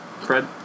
Fred